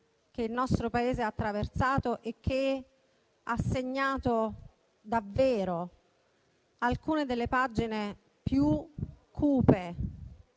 che il nostro Paese ha attraversato e ha segnato davvero alcune delle pagine più cupe,